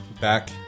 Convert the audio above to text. back